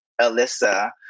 Alyssa